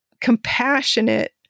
compassionate